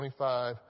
25